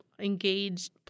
engaged